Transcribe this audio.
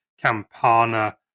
Campana